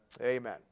Amen